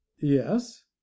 Yes